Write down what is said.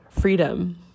freedom